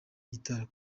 gitari